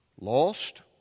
Lost